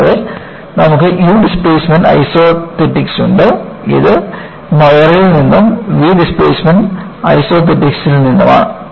കൂടാതെ നമുക്ക് u displacement isothetics ഉണ്ട് ഇത് മൊയറിൽ നിന്നും v ഡിസ്പ്ലേസ്മെന്റ് ഐസോതെറ്റിക്സിൽ നിന്നുമാണ്